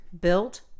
built